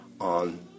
on